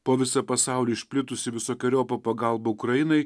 po visą pasaulį išplitusi visokeriopa pagalba ukrainai